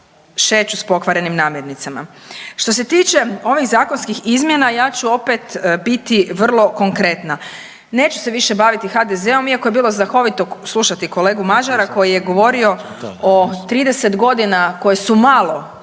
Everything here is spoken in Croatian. šeću s pokvarenim namirnicama. Što se tiče ovih zakonskih izmjena, ja ću opet biti vrlo konkretna. Neću se baviti više HDZ-om iako je bilo znakovito slušati kolegu Mažara koji je govorio o 30 godina koje su malo